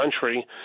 country